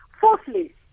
Fourthly